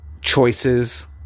choices